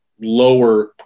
lower